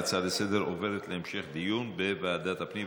ההצעה לסדר-היום עוברת להמשך דיון בוועדת הפנים.